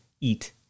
eat